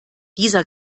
dieser